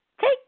take